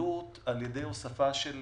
בקלות על-ידי הוספה של